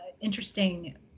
interesting